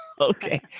Okay